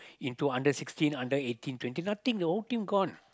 into under sixteen under eighteen twenty nothing team gone